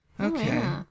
Okay